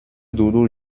doudou